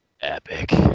epic